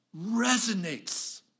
resonates